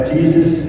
Jesus